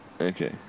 okay